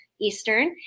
Eastern